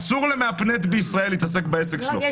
אסור למהפנט בישראל להתעסק בעסק שלו --- יש